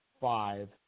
five